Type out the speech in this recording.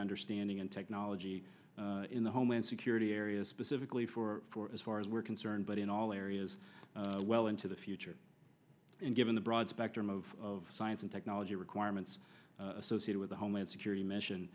understanding and technology in the homeland security area specifically for as far as we're concerned but in all areas well into the future and given the broad spectrum of science and technology requirements associated with the homeland security mission